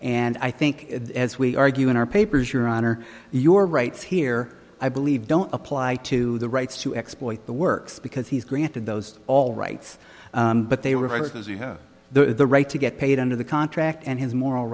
and i think as we argue in our papers your honor your rights here i believe don't apply to the rights to exploit the works because he's granted those all rights but they were because you have the right to get paid under the contract and his moral